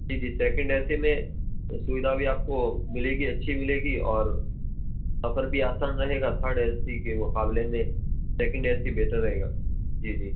جی جی second A C میں سویدھا بھی آپ کو ملے گی آپ کو اچھی ملے گی اور سفر بھی آسان رہے گا تھرڈ اے سی کے مقابلے میں سکینڈ اے سی بیٹر رہے گا جی جی